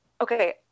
Okay